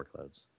workloads